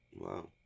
Wow